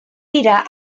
bira